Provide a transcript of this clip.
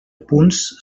punts